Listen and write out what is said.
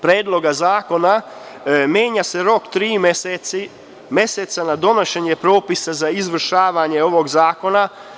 Predloga zakona menja se rok tri meseca na donošenje propisa za izvršavanje ovog zakona.